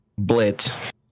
Blit